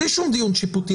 בלי שום דיון שיפוטי,